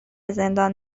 زندان